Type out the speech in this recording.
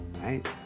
Right